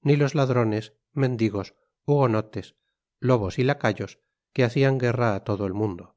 ni los ladrones mendigos hugonotes lobos y lacayos que hacian guerra á todo el mundo